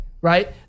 right